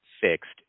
fixed